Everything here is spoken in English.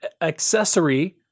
accessory